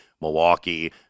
Milwaukee